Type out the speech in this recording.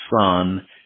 son